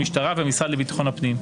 המשטרה והמשרד לביטחון הפנים,